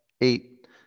eight